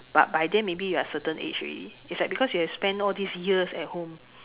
but by then maybe you are certain age already is like because you have spend all these years at home